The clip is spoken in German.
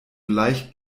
leicht